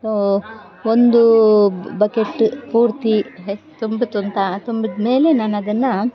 so ಒಂದು ಬ್ bucket ಪೂರ್ತಿ ಹೆ ತುಂಬಿತು ಅಂತ ತುಂಬಿದ ಮೇಲೆ ನಾನು ಅದನ್ನು